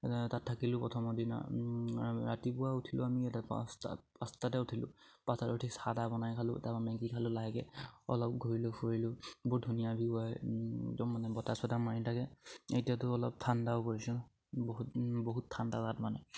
তাত থাকিলোঁ প্ৰথমৰ দিনা ৰাতিপুৱা উঠিলোঁ আমি এটা পাঁচটা পাঁচটাতে উঠিলোঁ পাঁচটাত উঠি চাহ তাহ বনাই খালোঁ তাৰ পৰা মেগী খালোঁ লাহেকে অলপ ঘূৰিলোঁ ফুৰিলোঁ বৰ ধুনীয়া বিহু হয় একদম মানে বতাহ চতাহ মাৰি থাকে এতিয়াতো অলপ ঠাণ্ডাও পৰিছে বহুত বহুত ঠাণ্ডা তাত মানে